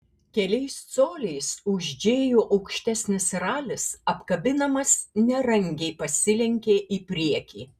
keliais coliais už džėjų aukštesnis ralis apkabinamas nerangiai pasilenkė į priekį